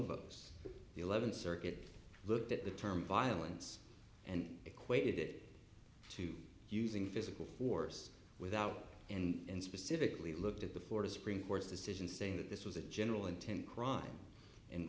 those the eleventh circuit looked at the term violence and equated it to using physical force without and specifically looked at the florida supreme court's decision saying that this was a general intent crime and